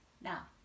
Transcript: now